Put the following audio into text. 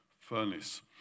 furnace